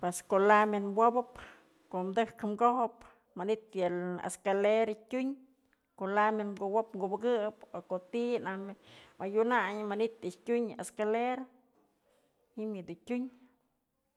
Pos ko'o lamina wopëp, ko'o dëjk kojëp manytë yë escalera tyun, ko'o lamina ku wop kubëkëp o ko'o ti'i najtyë adyunayë manytë yë tyun yë escalera ji'im yë dun tyun.